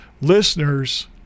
listeners